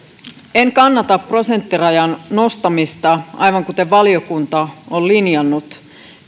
en kannata prosenttirajan nostamista aivan kuten valiokunta on linjannut